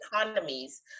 economies